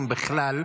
אם בכלל,